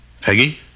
Peggy